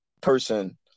person